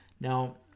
Now